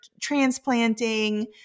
transplanting